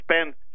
spend